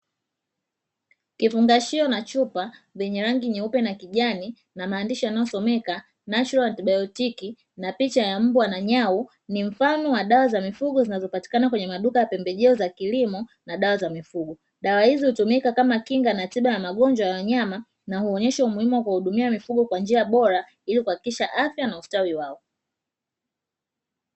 Kifungashio na chupa vyenye rangi nyeupe na kijani na maandishi yanayo someka "natural antibiotic" ina picha ya mbwa na nyau, ni mfano wa dawa za mifugo zinazopatikana kwenye maduka ya pembejeo za kilimo na dawa za mifugo, dawa hizi hutumika kama kinga na tiba ya magonjwa ya wanyama na huonyesha umuhimu wa kuwahudumia mifugo kwa nija bora ili kuhakikisha afya na ustawi wao.